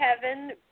Kevin